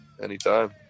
Anytime